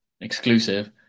exclusive